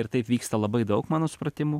ir taip vyksta labai daug mano supratimu